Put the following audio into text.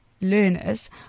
learners